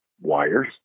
wires